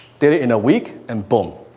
did it in a week, and boom.